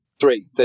Three